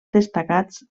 destacats